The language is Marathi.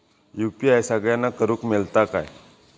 यू.पी.आय सगळ्यांना करुक मेलता काय?